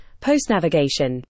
post-navigation